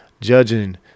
judging